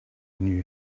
knew